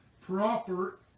proper